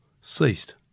ceased